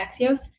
Axios